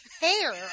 hair